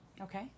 Okay